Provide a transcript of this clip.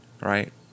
Right